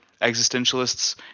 existentialists